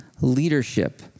leadership